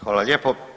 Hvala lijepo.